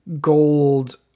gold